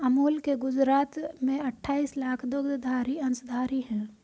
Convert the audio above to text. अमूल के गुजरात में अठाईस लाख दुग्धधारी अंशधारी है